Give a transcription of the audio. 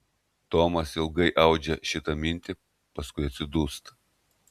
tomas ilgai audžia šitą mintį paskui atsidūsta